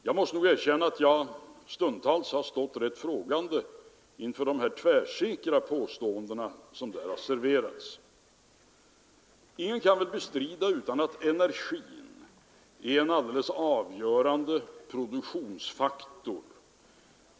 Jag måste nog erkänna att jag stundtals har stått rätt frågande inför de tvärsäkra påståenden som serverats. Ingen kan väl bestrida att energin är en alldeles avgörande produktionsfaktor.